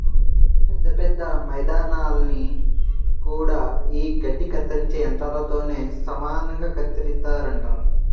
పెద్ద పెద్ద మైదానాల్ని గూడా యీ గడ్డి కత్తిరించే యంత్రాలతోనే సమానంగా కత్తిరిత్తారంట